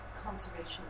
conservation